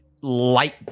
light